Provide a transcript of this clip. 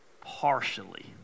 partially